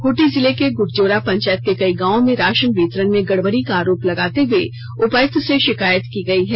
खूंटी जिले के गुटजोरा पंचायत के कई गांवों में राशन वितरण में गड़बड़ी का आरोप लगाते हुए उपायुक्त से शिकायत की गई है